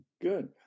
good